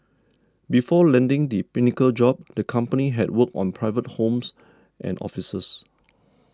before landing the pinnacle job the company had worked on private homes and offices